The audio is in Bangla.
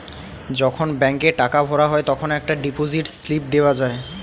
যখন ব্যাংকে টাকা ভরা হয় তখন একটা ডিপোজিট স্লিপ দেওয়া যায়